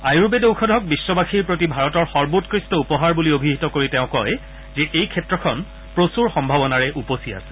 আয়ুৰ্বেদ ঔষধক বিশ্ববাসীৰ প্ৰতি ভাৰতৰ সৰ্বোৎকৃষ্ট উপহাৰ বুলি অভিহিত কৰি তেওঁ কয় যে এই ক্ষেত্ৰখন প্ৰচুৰ সম্ভাৱনাৰে উপচি আছে